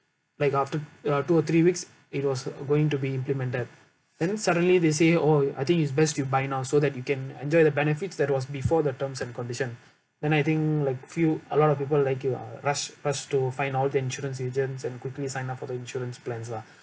like after uh two or three weeks it was going to be implemented then suddenly they say oh I think is best you buy now so that you can enjoy the benefits that was before the terms and condition then I think like feel a lot of people like they uh rush rush to find out the insurance agents and quickly sign up for the insurance plans lah